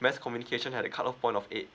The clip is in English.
mass communication had cut off point of eight